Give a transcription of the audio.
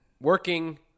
working